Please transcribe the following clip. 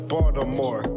Baltimore